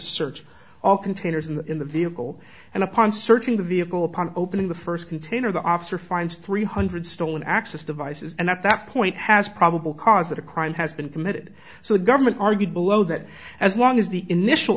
search all containers in the vehicle and upon searching the vehicle upon opening the first container the officer finds three hundred stolen access devices and at that point has probable cause that a crime has been committed so the government argued below that as long as the initial